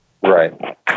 Right